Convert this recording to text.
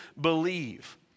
believe